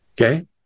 Okay